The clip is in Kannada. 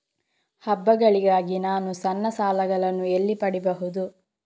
ಹಬ್ಬಗಳಿಗಾಗಿ ನಾನು ಸಣ್ಣ ಸಾಲಗಳನ್ನು ಎಲ್ಲಿ ಪಡಿಬಹುದು?